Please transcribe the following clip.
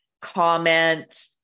comment